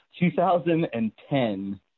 2010